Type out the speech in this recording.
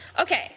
Okay